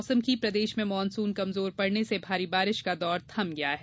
मौसम प्रदेश में मॉनसून कमजोर पड़ने से भारी बारिश का दौर थम गया है